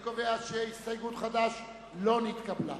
אני קובע שההסתייגות לא נתקבלה.